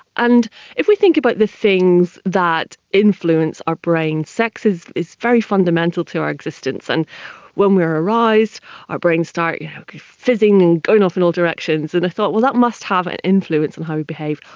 and if we think about the things that influence our brain, sex is is very fundamental to our existence, and when we are aroused our brain starts fizzing and going off in all directions. and i thought, well, that must have an influence in how we behave.